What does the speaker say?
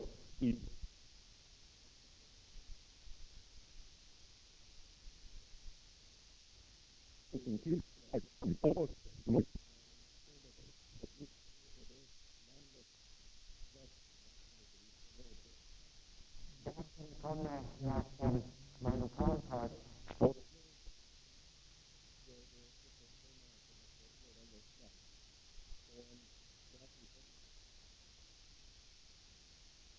Övningsområdet kommer således att ligga i direkt anslutning till de vägar som går mot Sälenområdet, som vid den här tidpunkten är landets hårdast belastade turistområde. Därtill kommer att man lokalt har sportlov under vecka 9. Likaså har stockholmarna sportlov denna vecka. Just dessa dagar infaller vidare, för att använda ett militärt uttryck, uppmarschen för Vasaloppet och det arrangemang som kallas Öppet spår.